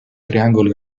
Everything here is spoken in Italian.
triangolo